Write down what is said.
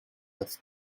that